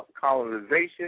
colonization